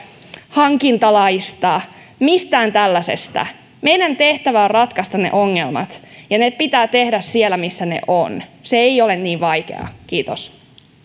hankintalaista mistään tällaisesta meidän tehtävämme on ratkaista ne ongelmat ja se pitää tehdä siellä missä ne ovat se ei ole niin vaikeaa kiitos